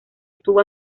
estuvo